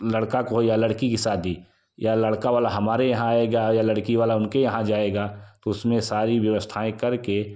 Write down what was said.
लड़का हो या लड़की की शादी या लड़का वाला हमारे यहाँ आएगा या लड़की वाला उनके यहाँ जाएगा उसमें सारी व्यवस्थाएँ करके